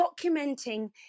documenting